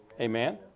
Amen